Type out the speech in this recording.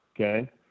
Okay